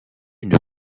une